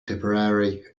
tipperary